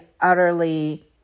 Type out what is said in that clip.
utterly